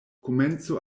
komenco